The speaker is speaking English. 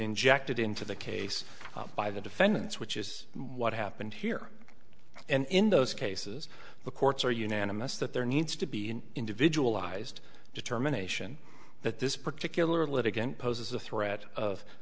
injected into the case by the defendants which is what happened here and in those cases the courts are unanimous that there needs to be an individual ised determination that this particular litigant poses a threat of